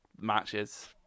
matches